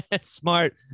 Smart